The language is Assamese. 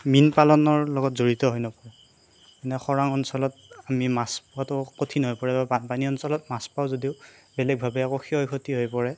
মীন পালনৰ লগত জড়িত হৈ নপৰে মানে খৰাং অঞ্চলত আমি মাছ পোৱাতো কঠিন হৈ পৰে বা বানপানী অঞ্চলত মাছ পাওঁ যদিও বেলেগভাৱে আকৌ ক্ষয় ক্ষতি হৈ পৰে